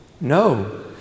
No